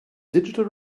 digital